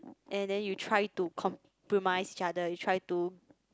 and then you try to compromise each other you try to